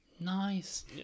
nice